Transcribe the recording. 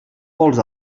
pols